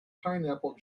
pineapple